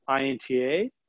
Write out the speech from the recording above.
INTA